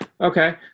Okay